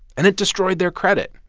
and it destroyed their credit.